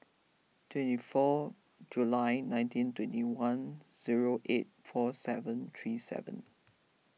twenty four July nineteen twenty one zero eight four seven three seven